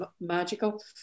magical